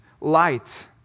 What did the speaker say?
light